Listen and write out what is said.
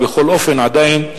אבל בכל אופן, עדיין,